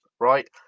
right